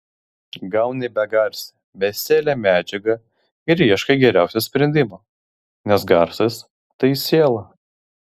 gauni begarsę besielę medžiagą ir ieškai geriausio sprendimo nes garsas tai siela